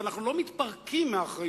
אבל אנחנו לא מתפרקים מאחריות.